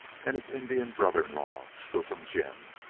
and his indian brother-in-law, skookum jim,